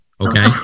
Okay